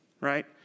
Right